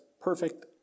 perfect